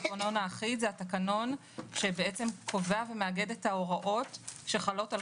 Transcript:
התקנון האחיד קובע ומאגד את ההוראות שחלות על